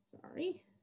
sorry